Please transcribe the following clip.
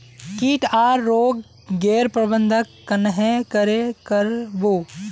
किट आर रोग गैर प्रबंधन कन्हे करे कर बो?